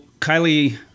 Kylie